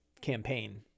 campaign